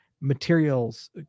materials